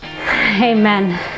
Amen